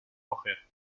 coger